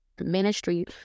ministry